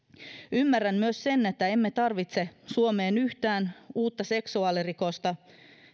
ymmärrän myös sen että emme tarvitse suomeen yhtään uutta seksuaalirikosta